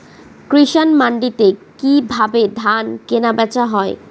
কৃষান মান্ডিতে কি ভাবে ধান কেনাবেচা হয়?